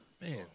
Man